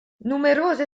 numerose